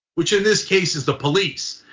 which in this case is the police.